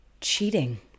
cheating